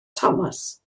thomas